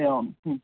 एवम्